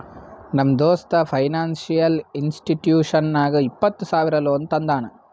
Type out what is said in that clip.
ನಮ್ ದೋಸ್ತ financial institution ನಾಗ್ ಇಪ್ಪತ್ತ ಸಾವಿರ ಲೋನ್ ತಂದಾನ್